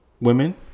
Women